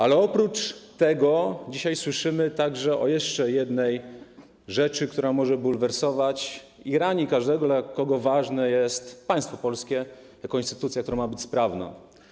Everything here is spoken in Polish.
Ale oprócz tego dzisiaj słyszymy także o jeszcze jednej rzeczy, która może bulwersować i rani każdego, dla kogo ważne jest państwo polskie jako instytucja, która ma być sprawna.